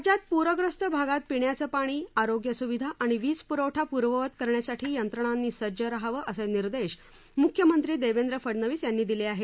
राज्यात प्रग्रस्त भागात पिण्याचं पाणी आरोग्यस्विधा आणि वीजप्रवठा पूर्ववत करण्यासाठी यंत्रणांनी सज्ज रहावं असे निर्देश मुख्यमंत्री देवेंद्र फडनवीस यांनी दिले आहेत